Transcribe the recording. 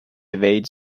evade